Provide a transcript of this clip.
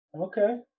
Okay